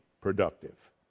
productive